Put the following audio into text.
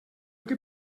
que